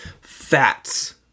Fats